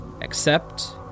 accept